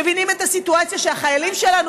מבין את הסיטואציה שהחיילים שלנו,